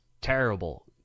Terrible